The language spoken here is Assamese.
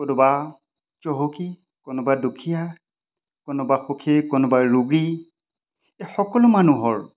কোনোবা চহকী কোনোবা দুখীয়া কোনোবা সুখী কোনোবা ৰোগী এই সকলো মানুহৰ